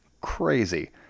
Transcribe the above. crazy